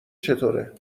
چطوره